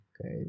okay